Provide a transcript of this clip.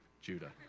Judah